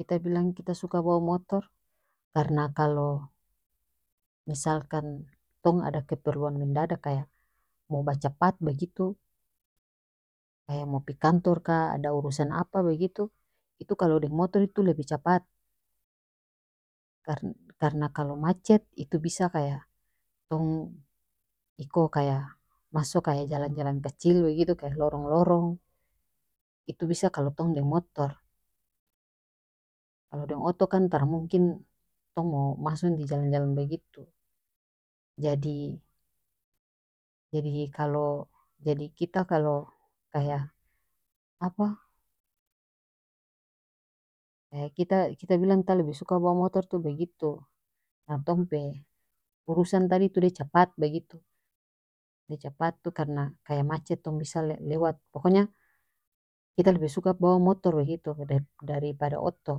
kita bilang kita suka bawa motor karena kalo misalkan tong ada keperluan mendadak kaya mo bacapat bagitu kaya mo pi kantor ka ada urusan apa bagitu itu kalo deng motor itu lebih capat karena kalo macet itu bisa kaya tong iko kaya maso kaya jalan jalan kacil bagitu kaya lorong lorong itu bisa kalo tong deng motor kalo deng oto kan tara mungkin tong mo maso di jalan jalan bagitu jadi jadi kalo jadi kita kalo kaya apa kaya kita kita bilang kita lebe suka bawa motor tu begitu tong pe urusan tadi tu dia capat begitu dia capat tu karena kaya macet tong bisa lewat pokonya kita lebe suka bawa motor begitu lebe daripada oto.